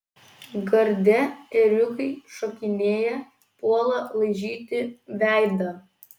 garde ėriukai šokinėja puola laižyti veidą